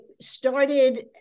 started